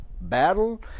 battle